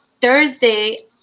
Thursday